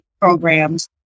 programs